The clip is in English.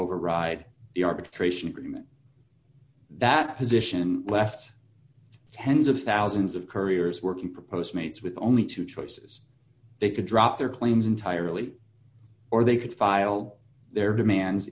override the arbitration agreement that position left tens of thousands of couriers working propose mates with only two choices they could drop their claims entirely or they could file their demands